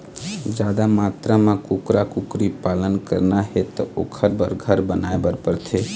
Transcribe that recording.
जादा मातरा म कुकरा, कुकरी पालन करना हे त ओखर बर घर बनाए बर परथे